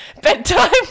Bedtime